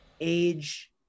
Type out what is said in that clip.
age